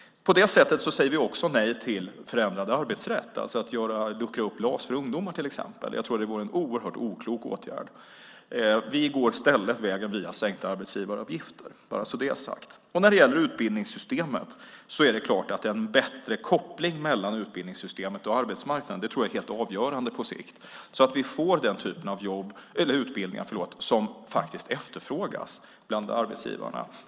På det sättet säger vi också nej till förändrad arbetsrätt, alltså att luckra upp LAS för ungdomar till exempel. Jag tror att det vore en oerhört oklok åtgärd. Vi går i stället vägen via sänkta arbetsgivaravgifter, bara så att det är sagt. Det är klart att en bättre koppling mellan utbildningssystemet och arbetsmarknaden är helt avgörande på sikt, så att vi får den typ av utbildningar som efterfrågas bland arbetsgivarna.